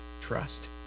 trust